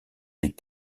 les